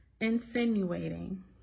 insinuating